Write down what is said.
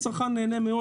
אם אתה נהנה - תשלם.